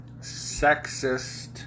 Sexist